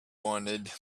wanted